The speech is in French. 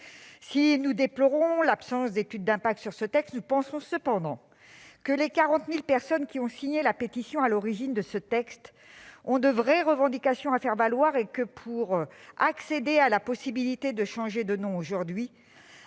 Si nous déplorons l'absence d'étude d'impact sur ce texte, nous pensons cependant que les 40 000 personnes qui ont signé la pétition à l'origine de ce texte ont de vraies revendications à faire valoir et que, pour accéder à la possibilité de changer de nom,